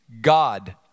God